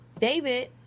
David